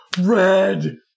Red